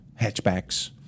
hatchbacks